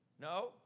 No